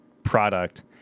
product